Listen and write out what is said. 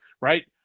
Right